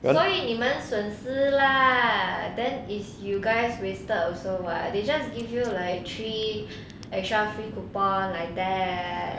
所以你们损失 lah then is you guys wasted also what they just give you like three extra free coupon like that~